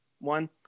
one